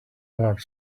part